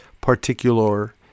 particular